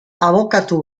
abokatu